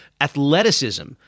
athleticism